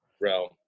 realm